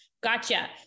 gotcha